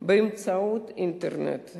באמצעות האינטרנט.